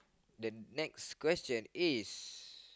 the next question is